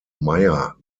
meier